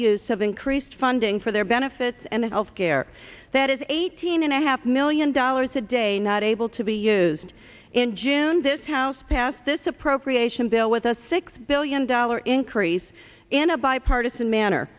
use of increased funding for their benefits and health care that is eighteen and a half million dollars a day not able to be used in june this house passed this appropriation bill with a six billion dollar increase in a bipartisan manner